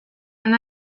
and